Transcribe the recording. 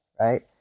right